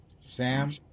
Sam